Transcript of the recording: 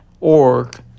org